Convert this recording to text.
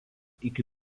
iki